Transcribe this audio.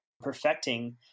perfecting